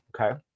Okay